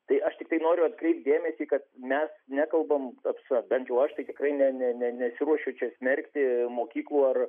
tai aš tiktai noriu atkreipt dėmesį kad mes nekalbam apie sa bent jau aš tai tikrai ne ne ne nesiruošiu čia smerkti mokyklų ar